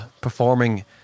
performing